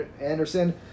Anderson